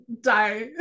die